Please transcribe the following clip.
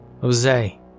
Jose